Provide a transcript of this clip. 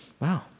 wow